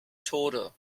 tode